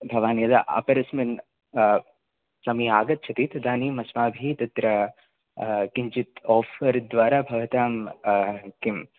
भवान् यदा अपरस्मिन् समये आगच्छति तदानीं अस्माभिः तत्र किञ्चित् ओफर् द्वारा भवतां किं